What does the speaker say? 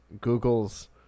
Google's